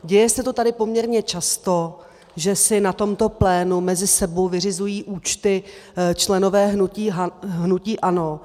Děje se to tady poměrně často, že si na tomto plénu mezi sebou vyřizují účty členové hnutí ANO.